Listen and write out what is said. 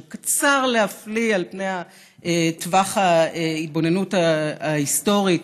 שהוא קצר להפליא בטווח ההתבוננות ההיסטורית.